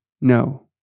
no